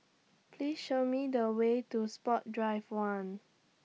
Please Show Me The Way to Sports Drive one